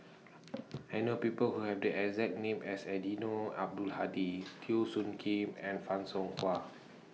I know People Who Have The exact name as Eddino Abdul Hadi Teo Soon Kim and fan Shao Hua